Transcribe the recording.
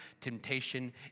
temptation